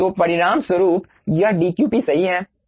तो परिणामस्वरूप यह dqp सही है